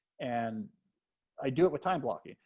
and i do it with time blocking.